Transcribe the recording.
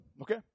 Okay